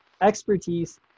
expertise